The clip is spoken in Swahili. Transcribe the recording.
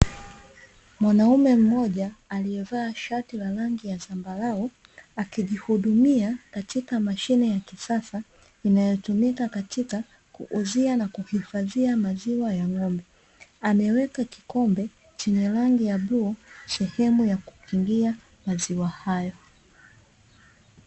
Mwanaume mmoja aliyevaa shati la rangi ya zambarau akijihudumia katika mashine ya kisasa inayotumika katika kuuzia na kuhifadhia maziwa ya ng'ombe. Ameweka kikombe chenye rangi ya bluu sehemu ya kukingia maziwa hayo.